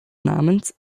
namens